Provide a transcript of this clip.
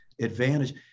advantage